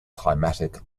climatic